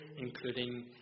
including